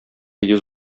йөз